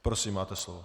Prosím, máte slovo.